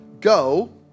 go